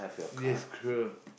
yes sure